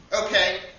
Okay